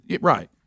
Right